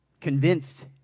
convinced